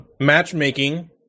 matchmaking